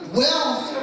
wealth